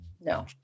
No